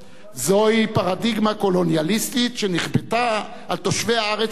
זוהי פרדיגמה קולוניאליסטית שנכפתה על תושבי הארץ הזו,